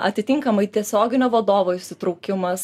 atitinkamai tiesioginio vadovo įsitraukimas